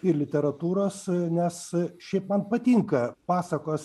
ir literatūros nes šiaip man patinka pasakos